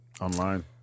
Online